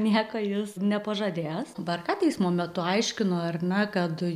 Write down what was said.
neiko jis nepažadės tvarka teismo metu aiškino ar ne kad